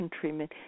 Treatment